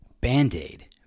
Band-Aid